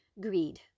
greed